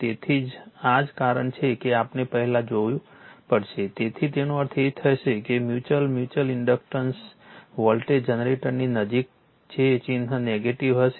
તેથી આ જ કારણ છે કે આપણે પહેલા જોવું પડશે તેથી તેનો અર્થ એ થશે કે મ્યુચ્યુઅલ ઇન્ડક્ટન્સ વોલ્ટેજ જનરેટરની જરૂર નથી જે ચિહ્ન નેગેટિવ હશે